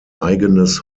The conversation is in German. eigenes